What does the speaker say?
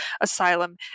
asylum